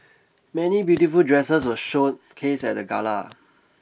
many beautiful dresses were showcased at the gala